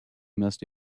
must